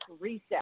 reset